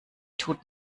tut